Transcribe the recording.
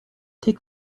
take